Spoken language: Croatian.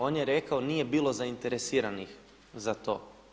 On je rekao nije bilo zainteresiranih za to.